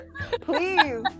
please